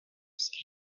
skin